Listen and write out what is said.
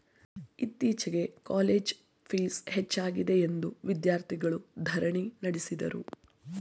ಇತ್ತೀಚೆಗೆ ಕಾಲೇಜ್ ಪ್ಲೀಸ್ ಹೆಚ್ಚಾಗಿದೆಯೆಂದು ವಿದ್ಯಾರ್ಥಿಗಳು ಧರಣಿ ನಡೆಸಿದರು